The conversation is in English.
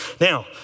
Now